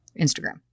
Instagram